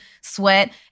sweat